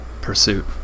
pursuit